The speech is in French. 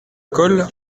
colle